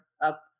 up